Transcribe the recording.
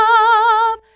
up